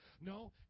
No